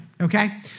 okay